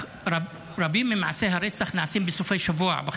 רבים ממעשי הרצח בחברה הערבית נעשים בסופי שבוע,